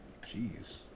Jeez